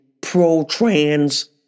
pro-trans